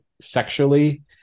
sexually